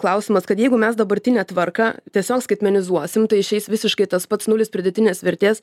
klausimas kad jeigu mes dabartinę tvarką tiesiog skaitmenizuosim tai išeis visiškai tas pats nulis pridėtinės vertės